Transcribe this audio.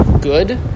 good